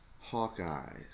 Hawkeye